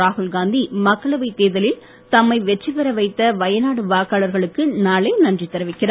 ராகுல்காந்தி மக்களவை தேர்தலில் தம்மை வெற்றி பெற வைத்த வயநாடு வாக்காளர்களுக்கு நாளை நன்றி தெரிவிக்கிறார்